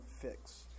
fix